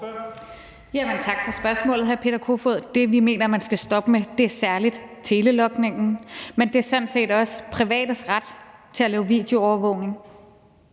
Tak for spørgsmålet, hr. Peter Kofod. Det, vi mener man skal stoppe med, er særlig telelogningen, men det er sådan set også privates ret til at lave videoovervågning.